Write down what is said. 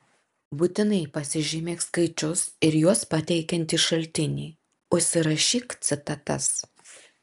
būtinai pasižymėk skaičius ir juos pateikiantį šaltinį užsirašyk citatas